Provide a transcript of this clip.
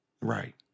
Right